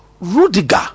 Rudiger